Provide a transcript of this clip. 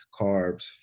carbs